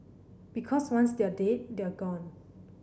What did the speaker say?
because once they're dead they're gone